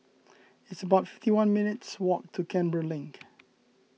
it's about fifty one minutes' walk to Canberra Link